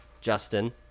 Justin